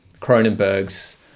Cronenberg's